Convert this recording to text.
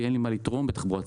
אין מה לתרום לתחבורה ציבורית.